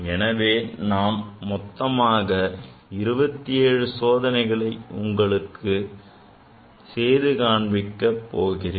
எனவே நான் மொத்தமாக 27 சோதனைகளை உங்களுக்கு செய்து காண்பிக்க எண்ணுகிறேன்